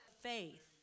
faith